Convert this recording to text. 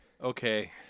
Okay